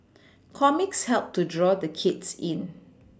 comics help to draw the kids in